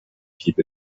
keep